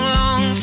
long